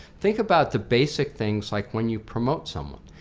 think about the basic things like when you promote someone.